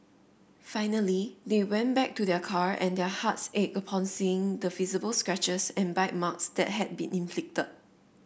finally they went back to their car and their hearts ached upon seeing the visible scratches and bite marks that had been inflicted